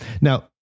Now